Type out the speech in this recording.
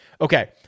Okay